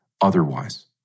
Otherwise